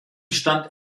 stand